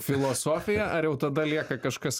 filosofija ar jau tada lieka kažkas